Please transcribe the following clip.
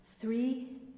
Three